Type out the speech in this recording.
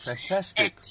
Fantastic